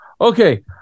okay